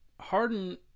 Harden